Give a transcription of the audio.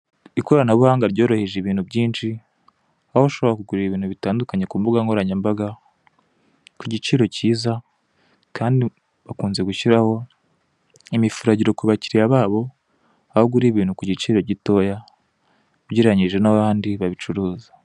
Ikoranabuhanga ryoroheje ibintu byinshi aho ushobora kugura ibintu bitandukanye ku mbuga nkoranya mbaga ku igiciro cyiza kandi bakunze gushyiraho imifuragiro ku bakiriya babo aho ugura ibintu ku giciro gitoya ugereranije n'abandi babicuruza.